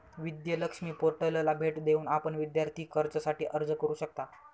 विद्या लक्ष्मी पोर्टलला भेट देऊन आपण विद्यार्थी कर्जासाठी अर्ज करू शकता